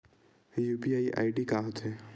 UPI ID का होथे?